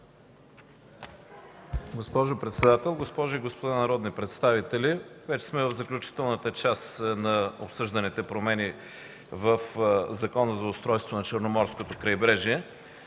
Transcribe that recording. Госпожо председател, госпожи и господа народни представители! Вече сме в заключителната част на обсъжданите промени в Закона за устройството на Черноморското крайбрежие.